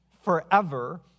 forever